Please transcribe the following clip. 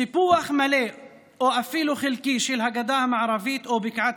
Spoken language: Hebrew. סיפוח מלא או אפילו חלקי של הגדה המערבית או בקעת